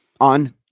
On